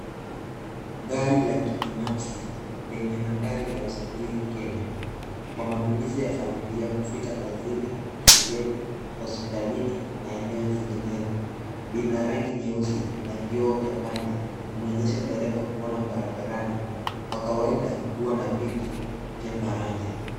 Gari la kibinafsi lenye nambari la usajili Kenya kwa matumizi ya familia kufika kazini, shuleni, hospitalini na eneo zinginevyo. Lina rangi nyeusi na vioo vya pande kumwezesha dereva kuona barabarani. Kwa kawaida huwa na viti vya faraja.